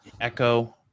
echo